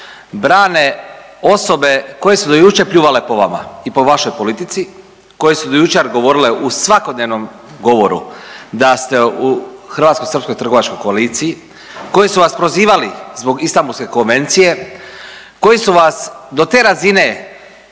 brane osobe koje su do jučer pljuvale po vama i po vašoj politici, koje su do jučer govorile u svakodnevnom govoru da ste u hrvatsko-srpskoj trgovačkoj koaliciji, koji su vas prozivali zbog Istambulske konvencije, koji su vas do te razine,